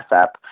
up